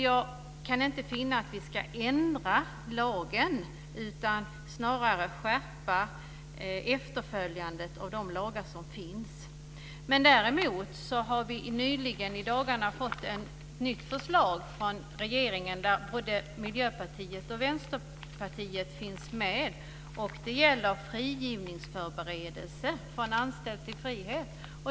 Jag kan inte finna att vi ska ändra lagen, utan vi ska snarare skärpa efterföljandet av de lagar som finns. Däremot har vi i dagarna fått ett nytt förslag från regeringen, där både Miljöpartiet och Vänsterpartiet finns med. Det gäller frigivningsförberedelse - från anstalt till frihet.